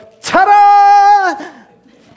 ta-da